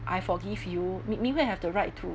I forgive you ming ming hui have the right to